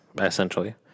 essentially